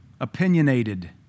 opinionated